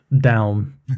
down